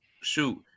shoot